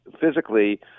physically